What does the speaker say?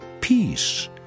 peace